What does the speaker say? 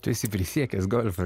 tu esi prisiekęs golfo